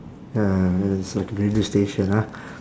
ya it's like radio station ah